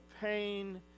pain